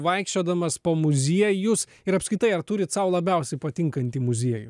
vaikščiodamas po muziejus ir apskritai ar turit sau labiausiai patinkantį muziejų